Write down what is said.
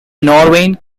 norwegian